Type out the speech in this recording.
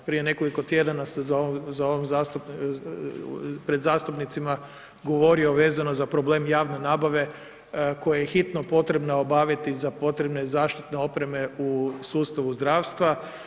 Prije nekoliko tjedana sam pred zastupnicima govorio vezano za problem javne nabave koje je hitno potrebno obaviti za potrebne zaštitne opreme u sustavu zdravstva.